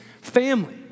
family